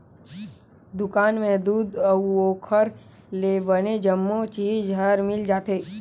दुकान में दूद अउ ओखर ले बने जम्मो चीज हर मिल जाथे